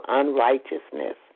unrighteousness